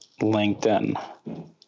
LinkedIn